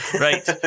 Right